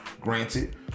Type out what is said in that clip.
Granted